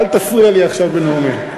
אל תפריע לי עכשיו בנאומי.